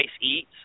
eats